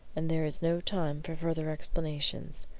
and there is no time for further explanations.